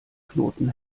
knoten